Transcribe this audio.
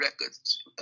Records